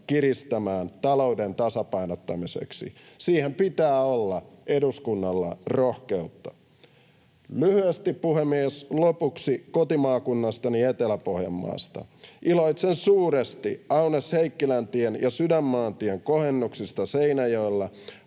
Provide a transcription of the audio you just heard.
kiristämään talouden tasapainottamiseksi. Siihen pitää olla eduskunnalla rohkeutta. Lyhyesti, puhemies, lopuksi kotimaakunnastani Etelä-Pohjanmaasta: iloitsen suuresti Aunes—Heikkilä-tien ja Sydänmaantien kohennuksesta Seinäjoella,